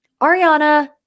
Ariana